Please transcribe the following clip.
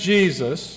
Jesus